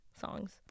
songs